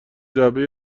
جعبه